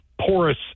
porous